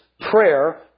prayer